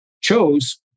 chose